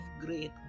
great